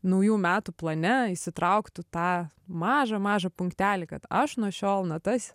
naujų metų plane įsitrauktų tą mažą mažą punktelį kad aš nuo šiol natas